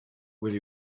will